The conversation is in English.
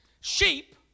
Sheep